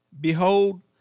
behold